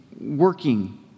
working